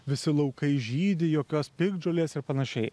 visi laukai žydi jokios piktžolės ir panašiai